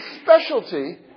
specialty